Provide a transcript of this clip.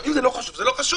אם זה לא חשוב זה לא חשוב.